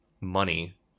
money